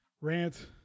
rant